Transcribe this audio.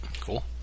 Cool